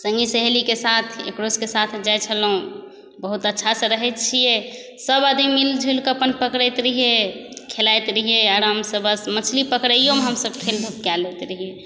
सङ्गी सहेलीके साथ एकरो सबके साथ जाइ छलहुँ बहुत अच्छासँ रहै छिए सब आदमी मिल जुलिकऽ अपन पकड़ैत रहिए खेलाइत रहिए आरामसँ बस मछली पकड़ैओमे हमसब कऽ लैत रहिए